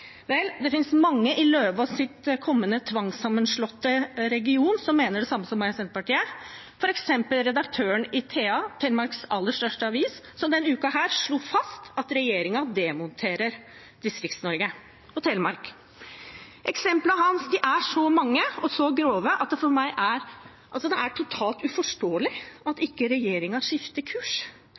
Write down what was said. Vel, det finnes mange i Løvaas’ kommende tvangssammenslåtte region som mener det samme som meg og Senterpartiet, f.eks. redaktøren i TA, Telemarks aller største avis, som denne uken slo fast at regjeringen demonterer Distrikts-Norge og Telemark. Eksemplene hans er så mange og så grove at det for meg er totalt uforståelig at regjeringen ikke skifter kurs,